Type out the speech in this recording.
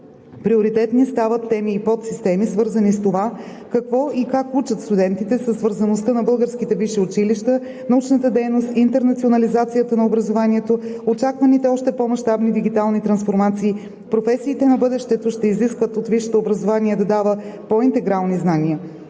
Приоритетни стават теми и подсистеми, свързани с това какво и как учат студентите, със свързаността на българските висши училища, научната дейност, интернационализацията на образованието, очакваните още по мащабни дигитални трансформации. Професиите на бъдещето ще изискват от висшето образование да дава по-интегрални знания.